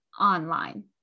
online